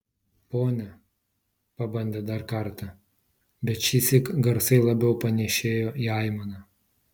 pone pabandė dar kartą bet šįsyk garsai labiau panėšėjo į aimaną